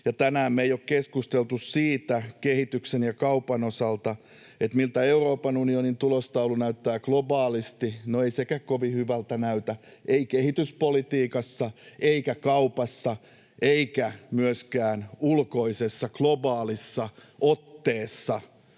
Tänään me ei olla keskusteltu kehityksen ja kaupan osalta siitä, miltä Euroopan unionin tulostaulu näyttää globaalisti. No ei sekään kovin hyvältä näytä, ei kehityspolitiikassa eikä kaupassa eikä myöskään ulkoisessa globaalissa otteessa